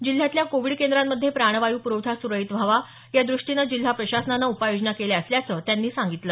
जिल्ह्यातल्या कोवीड केंद्रांमध्ये प्राणवायू प्रवठा सुरळीत व्हावा यादृष्टीनं जिल्हा प्रशासनानं उपाययोजना केल्या असल्याचं त्यांनी सांगितलं